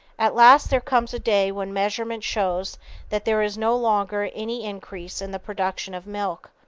at last there comes a day when measurement shows that there is no longer any increase in the production of milk.